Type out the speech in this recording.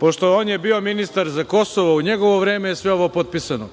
pošto je on bio ministar za Kosovo, u njegovo vreme je sve ovo potpisano.